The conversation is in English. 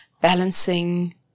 balancing